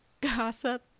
gossip